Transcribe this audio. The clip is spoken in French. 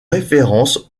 référence